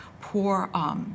poor